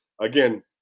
Again